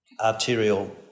arterial